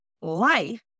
life